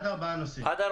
נכון.